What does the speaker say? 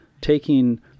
taking